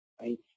right